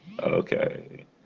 okay